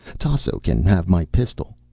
tasso can have my pistol.